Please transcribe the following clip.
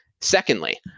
Secondly